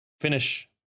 finish